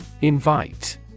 Invite